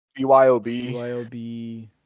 BYOB